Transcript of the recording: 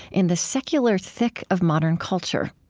in the secular thick of modern culture